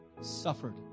suffered